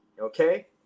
Okay